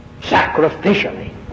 sacrificially